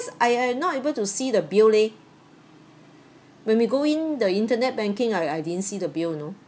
I am not able to see the bill leh when we go in the internet banking I I didn't see the bill you know